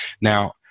Now